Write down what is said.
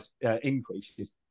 increases